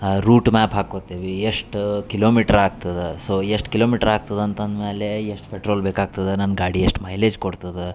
root map ಹಾಕೋತೆವಿ ಎಷ್ಟು kilometre ಆಗ್ತದ ಸೊ ಎಷ್ಟು ಕಿಲೋಮೀಟ್ರ್ ಆಗ್ತದ ಅಂತ ಅಂದ್ಮ್ಯಾಲೆ ಎಷ್ಟು ಪೆಟ್ರೋಲ್ ಬೇಕಾಗ್ತದ ನನ್ನ ಗಾಡಿ ಎಷ್ಟು ಮೈಲೇಜ್ ಕೊಡ್ತದೆ